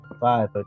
Five